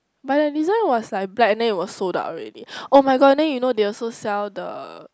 but the design was like black then it was like sold out already [oh]-my-god then you know they also sell the